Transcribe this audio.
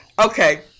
Okay